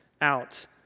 out